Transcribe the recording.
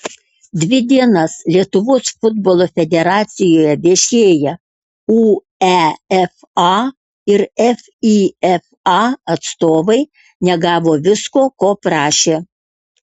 dvi dienas lietuvos futbolo federacijoje viešėję uefa ir fifa atstovai negavo visko ko prašė